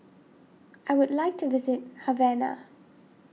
I would like to visit Havana